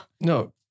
No